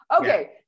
Okay